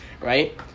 right